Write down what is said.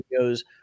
videos